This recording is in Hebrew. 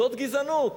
זאת גזענות.